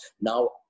Now